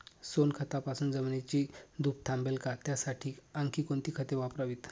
सोनखतापासून जमिनीची धूप थांबेल का? त्यासाठी आणखी कोणती खते वापरावीत?